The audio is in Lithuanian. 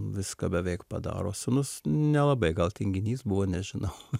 viską beveik padaro o sūnus nelabai gal tinginys buvo nežinau